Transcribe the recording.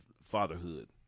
fatherhood